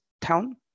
town